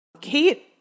Kate